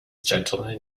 gentleman